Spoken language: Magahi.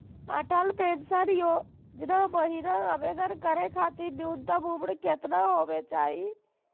अटल पेंसन योजना महिना आवेदन करै खातिर न्युनतम उम्र केतना होवे चाही?